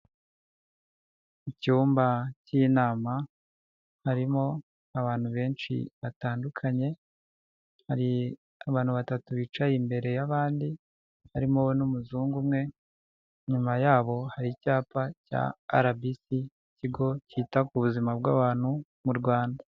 Icyumba cy'inama harimo abantu benshi batandukanye, hari abantu batatu bicaye imbere y'abandi, harimo n'umuzungu umwe, inyuma yabo hari icyapa cya RBC, ikigo cyita ku buzima bw'abantu mu Rwanda.